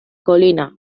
colina